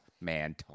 man